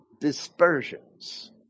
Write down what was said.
dispersions